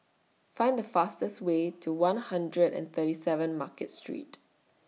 Find The fastest Way to one hundred and thirty seven Market Street